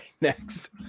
next